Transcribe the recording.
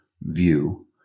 view